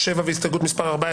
שבעה.